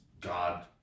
God